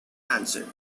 answered